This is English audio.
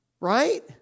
Right